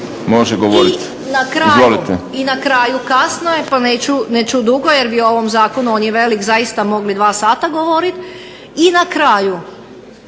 Predmeti. I na kraju kasno je pa neću dugo jer o ovom zakonu, on je velik zaista mogli dva sata govoriti. I na kraju,